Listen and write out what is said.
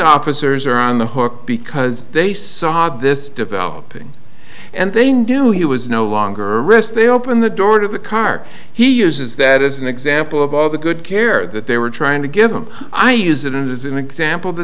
officers are on the hook because they saw hard this developing and they knew he was no longer arrest they open the door to the car he uses that as an example of other good care that they were trying to give him i use it as an example the